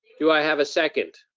do i have a second?